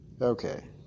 Okay